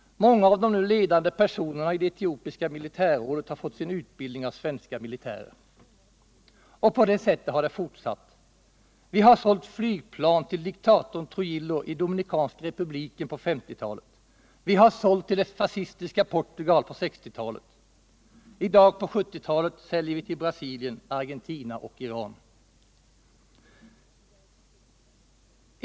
Många av de nu ledande personerna i det etiopiska militärrådet har fått sin utbildning av svenska militärer. Och på det sättet har det fortsatt. Vi har sålt flygplan till diktatorn Trujillo i Dominikanska republiken på 1950-talet. Vi har sålt till det fascistiska Portugal på 1960-talet. Nu säljer vi till Brasilien. Argentina och Iran.